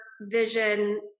vision